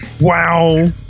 Wow